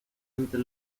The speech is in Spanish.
entre